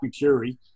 McCurry